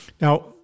Now